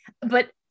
But-